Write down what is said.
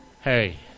Hey